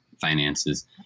finances